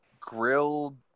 grilled